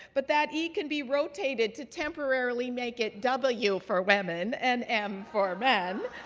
but that e can be rotated to temporarily make it w for women and m for men.